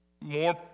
more